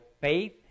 faith